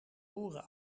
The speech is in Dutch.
oren